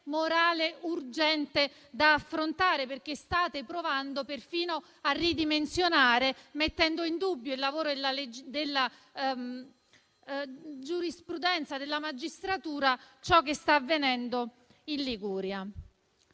morale urgente da affrontare e infatti state provando perfino a ridimensionare, mettendo in dubbio il lavoro della magistratura, ciò che sta avvenendo in Liguria.